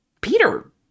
Peter